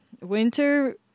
winter